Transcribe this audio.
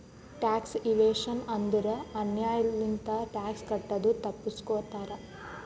tax evasion ಅಂದುರ್ ಅನ್ಯಾಯ್ ಲಿಂತ ಟ್ಯಾಕ್ಸ್ ಕಟ್ಟದು ತಪ್ಪಸ್ಗೋತಾರ್